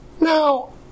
now